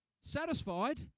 Satisfied